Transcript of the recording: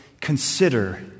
consider